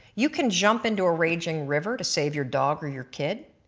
you can jump into a raging river to save your dog or your kid,